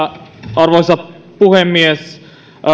arvoisa puhemies